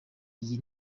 iyi